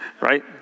right